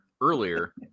earlier